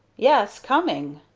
yes, coming!